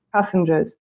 passengers